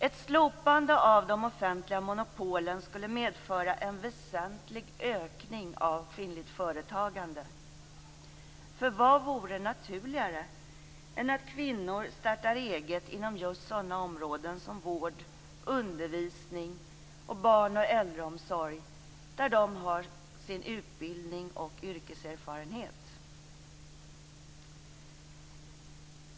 Ett slopande av de offentliga monopolen skulle medföra en väsentlig ökning av kvinnligt företagande. Vad vore naturligare än att kvinnor startar eget inom just sådana områden som vård, undervisning och barn och äldreomsorg, där de har sin utbildning och yrkeserfarenhet?